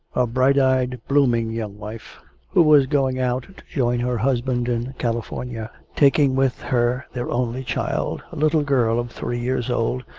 a bright eyed blooming young wife who was going out to join her husband in california, taking with her their only child, a little girl of three years old,